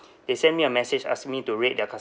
they sent me a message ask me to rate their